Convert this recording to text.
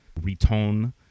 Retone